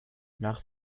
nach